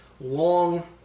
long